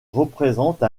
représente